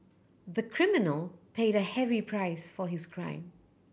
the criminal paid a heavy price for his crime